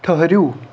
ٹھٔہرِو